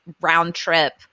round-trip